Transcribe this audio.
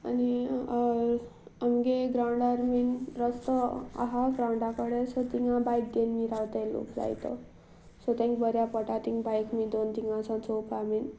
आनी आमच्या ग्रावंडार बीन रस्तो आसा ग्राउंडा कडेन सो थंय बायक घेवन बी रावतात लोक जायतो सो तांकां बऱ्या पडटा थंय बायक बी दवरून थंय सावन चोवपा बीन